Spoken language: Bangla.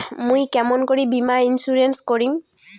মুই কেমন করি বীমা ইন্সুরেন্স করিম?